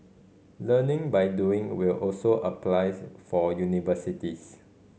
learning by doing will also apply for universities